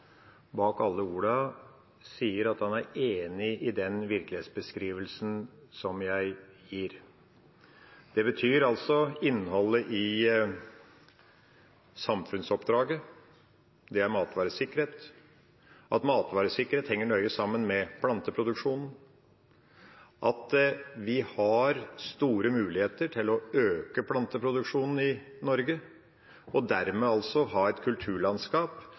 bak alle orda sier at han er enig i den virkelighetsbeskrivelsen jeg gir. Det betyr altså innholdet i samfunnsoppdraget. Det er matvaresikkerhet, at matvaresikkerhet henger nøye sammen med planteproduksjon, og at vi har store muligheter til å øke planteproduksjonen i Norge, og dermed ha et kulturlandskap